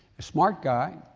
a smart guy,